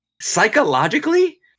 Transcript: Psychologically